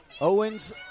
Owens